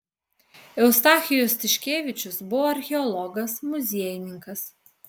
eustachijus tiškevičius buvo archeologas muziejininkas